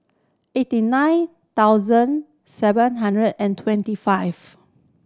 eighty nine thousand seven hundred and twenty five